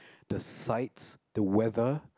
the sights the weather